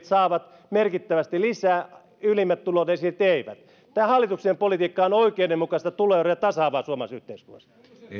saavat merkittävästi lisää ja ylimmät tulodesiilit eivät tämän hallituksen politiikka on oikeudenmukaista ja tuloeroja tasaavaa suomalaisessa yhteiskunnassa